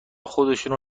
خودشونو